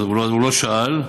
הוא לא שאל.